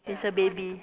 is a baby